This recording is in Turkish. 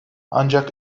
ancak